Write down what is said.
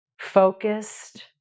focused